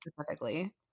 specifically